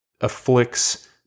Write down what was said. afflicts